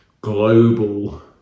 global